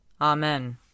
Amen